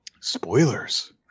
Spoilers